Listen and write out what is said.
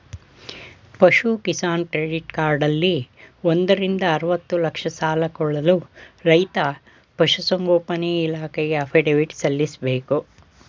ಪಶು ಕಿಸಾನ್ ಕ್ರೆಡಿಟ್ ಕಾರ್ಡಲ್ಲಿ ಒಂದರಿಂದ ಅರ್ವತ್ತು ಲಕ್ಷ ಸಾಲ ಕೊಳ್ಳಲು ರೈತ ಪಶುಸಂಗೋಪನೆ ಇಲಾಖೆಗೆ ಅಫಿಡವಿಟ್ ಸಲ್ಲಿಸ್ಬೇಕು